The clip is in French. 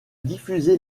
diffusé